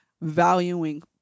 valuing